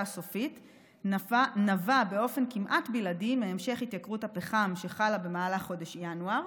הסופית נבע באופן כמעט בלעדי מהמשך התייקרות הפחם שחלה במהלך חודש ינואר.